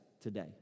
today